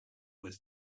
was